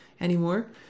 anymore